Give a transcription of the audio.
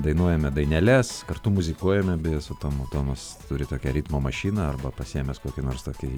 dainuojame daineles kartu muzikuojame beje su tomu tomas turi tokią ritmo mašiną arba pasiėmęs kokį nors tokį